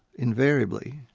invariably,